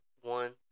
one